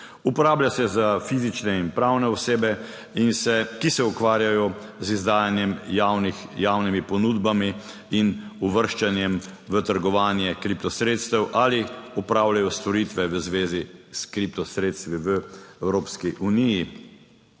Uporablja se za fizične in pravne osebe in vse, ki se ukvarjajo z izdajanjem javnih ponudb in uvrščanjem v trgovanje kriptosredstev ali opravljajo storitve v zvezi s kriptosredstvi v Evropski uniji.